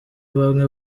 bamwe